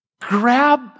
Grab